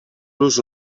los